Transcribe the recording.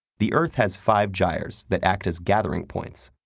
the earth has five gyres that act as gathering points,